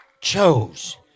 chose